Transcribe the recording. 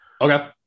Okay